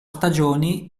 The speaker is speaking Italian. stagioni